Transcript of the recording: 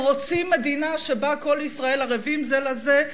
הם רוצים מדינה שבה כל ישראל ערבים זה לזה,